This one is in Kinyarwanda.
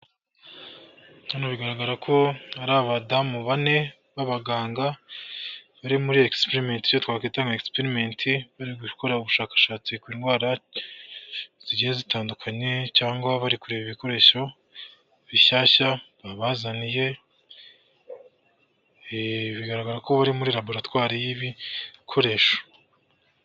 Hano bigaragara ko ari badamu bane b'abaganga bari muri egisiperimeti ibyo twakita nka egisiperimeti bari gukora ubushakashatsi ku ndwara zigiye zitandukanye cyangwa bari kureba ibikoresho bishyashya babazaniye bigaragara ko bari muri laboratwari y'ibikoresho.